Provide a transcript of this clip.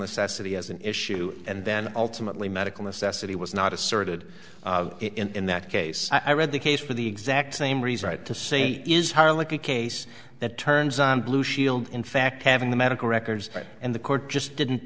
necessity as an issue and then ultimately medical necessity was not asserted in that case i read the case for the exact same reason i had to say it is higher like a case that turns on blue shield in fact having the medical records and the court just didn't